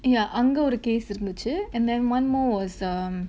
yeah அங்க ஒரு:anga oru case இருந்துச்சு:irunthuchu and then one more was um